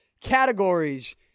categories